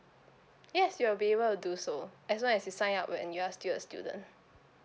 yes you will be able to do so as long as you sign up when you're still a student